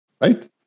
right